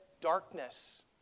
darkness